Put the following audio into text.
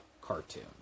cartoon